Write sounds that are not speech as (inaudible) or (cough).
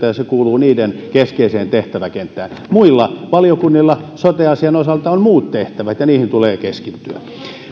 (unintelligible) ja se kuuluu sen keskeiseen tehtäväkenttään muilla valiokunnilla sote asian osalta on muut tehtävät ja niihin tulee keskittyä